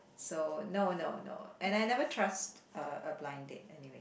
so no no no and I never trust a a blind date anyway